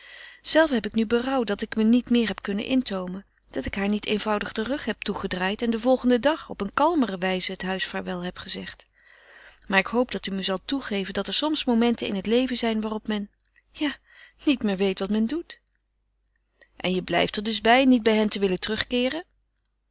zelve heb ik nu berouw dat ik me niet meer heb kunnen intoomen dat ik haar niet eenvoudig den rug heb toegedraaid en den volgenden dag op een kalmere wijze haar huis vaarwel heb gezegd maar ik hoop dat u me zal toegeven dat er soms momenten in het leven zijn waarop men ja niet meer weet wat men doet en je blijft er dus bij niet bij hen te willen terugkeeren